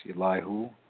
Elihu